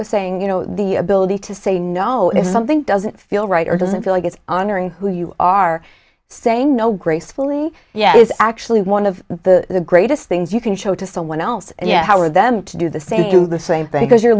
was saying you know the ability to say no if something doesn't feel right or doesn't feel like it's honoring who you are saying no gracefully yet is actually one of the greatest things you can show to someone else yet how are them to do the same to the same thing because you re